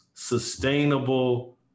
sustainable